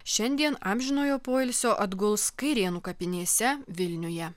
šiandien amžinojo poilsio atguls kairėnų kapinėse vilniuje